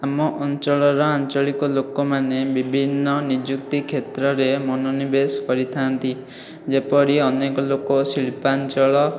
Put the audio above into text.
ଆମ ଅଞ୍ଚଳର ଆଞ୍ଚଳିକ ଲୋକମାନେ ବିଭିନ୍ନ ନିଯୁକ୍ତି କ୍ଷେତ୍ରରେ ମନୋନିବେଶ କରିଥାନ୍ତି ଯେପରି ଅନେକ ଲୋକ ଶିଳ୍ପାଞ୍ଚଳ